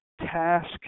task